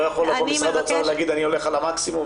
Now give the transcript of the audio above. לא יכול לומר משרד האוצר אני הולך על המקסימום,